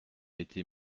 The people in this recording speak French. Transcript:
été